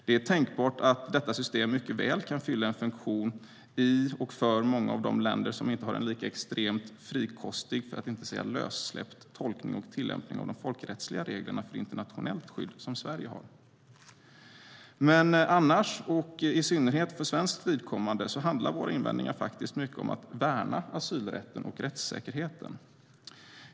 Det är tänkbart att detta system mycket väl kan fylla en funktion i och för många av de länder som inte har en lika extremt frikostig, för att inte säga lössläppt, tolkning och tillämpning av de folkrättsliga reglerna för internationellt skydd som Sverige har. Men annars, och i synnerhet för svenskt vidkommande, handlar våra invändningar faktiskt mycket om att värna asylrätten och rättssäkerheten.